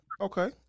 Okay